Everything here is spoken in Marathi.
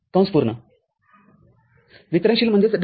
z वितरणशील x